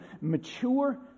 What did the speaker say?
mature